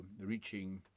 reaching